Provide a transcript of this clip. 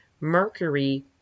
Mercury